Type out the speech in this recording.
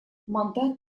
мандат